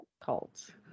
Cult